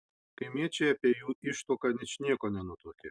kaimiečiai apie jų ištuoką ničnieko nenutuokė